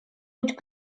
быть